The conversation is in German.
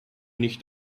nicht